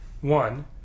One